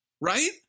right